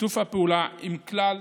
שיתוף הפעולה עם כלל